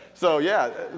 so yeah,